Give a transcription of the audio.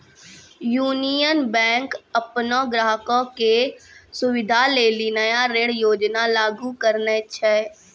union Bank अपनो ग्राहको के सुविधा लेली नया ऋण योजना लागू करने छै